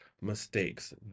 mistakes